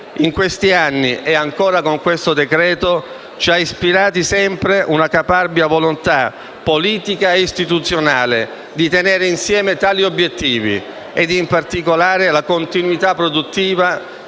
In questi anni, e ancora con questo decreto, ci ha ispirati sempre una caparbia volontà, politica ed istituzionale, di tenere insieme tali obiettivi e, in particolare, la continuità produttiva